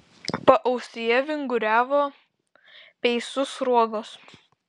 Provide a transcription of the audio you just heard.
paausyje vinguriavo peisų sruogos